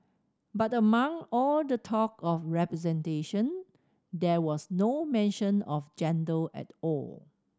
but among all the talk of representation there was no mention of gender at all